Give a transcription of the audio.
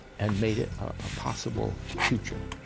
and made it a possible future.